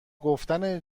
گفتن